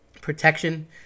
Protection